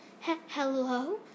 Hello